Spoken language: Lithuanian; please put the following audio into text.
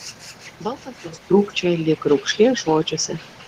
balsas jos trūkčioja lyg raukšlė žodžiuose